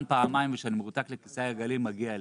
פעמיים ושאני מרותק לכיסא גלגלים; מגיע לי.